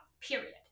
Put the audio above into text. period